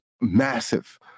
massive